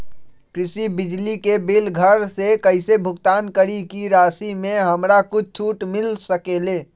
कृषि बिजली के बिल घर से कईसे भुगतान करी की राशि मे हमरा कुछ छूट मिल सकेले?